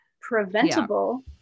preventable